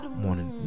morning